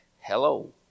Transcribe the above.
hello